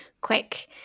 quick